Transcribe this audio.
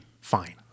Fine